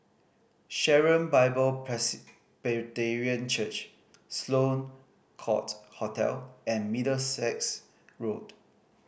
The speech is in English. Sharon Bible Presbyterian Church Sloane Court Hotel and Middlesex Road